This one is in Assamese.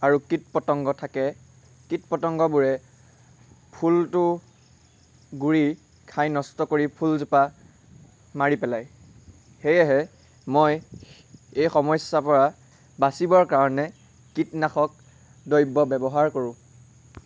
আৰু কীট পতংগ থাকে কীট পতংগবোৰে ফুলটো গুৰি খাই নষ্ট কৰি ফুলজোপা মাৰি পেলায় সেয়েহে মই এই সমস্যাৰপৰা বাচিবৰ কাৰণে কীটনাশক দ্ৰব্য ব্যৱহাৰ কৰোঁ